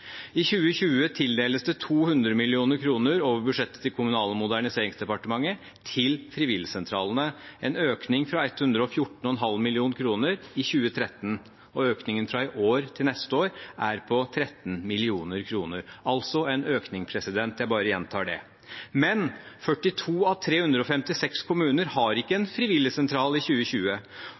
I 2020 tildeles det 200 mill. kr over budsjettet til Kommunal- og moderniseringsdepartementet til frivilligsentralene, en økning fra 114,5 mill. kr i 2013, og økningen fra i år til neste år er på 13 mill. kr, altså en økning – jeg bare gjentar det. Men 42 av 356 kommuner har ikke en frivilligsentral i 2020,